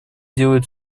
делает